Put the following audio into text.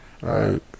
Right